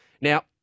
Now